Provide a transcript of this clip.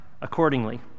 accordingly